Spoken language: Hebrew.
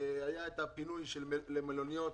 היה פינוי למלוניות.